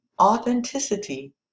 authenticity